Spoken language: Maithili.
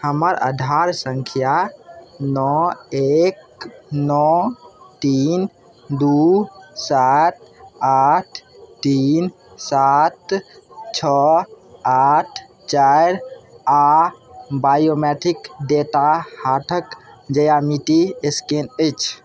हमर आधार सँख्या नओ एक नओ तीन दुइ सात आठ तीन सात छओ आठ चारि आओर बायोमेट्रिक डेटा हाथके ज्यामिति एस्कैन अछि